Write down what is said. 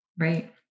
Right